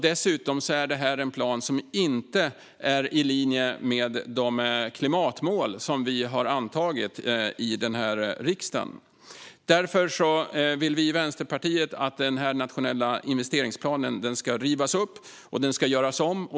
Dessutom är planen inte i linje med de klimatmål som vi har antagit i denna riksdag. Därför vill vi i Vänsterpartiet att den nationella investeringsplanen ska rivas upp och göras om.